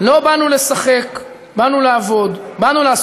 אתם תגמרו את גושי ההתיישבות.